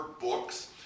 books